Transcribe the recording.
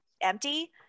empty